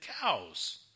cows